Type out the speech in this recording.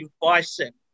bicep